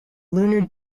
lunar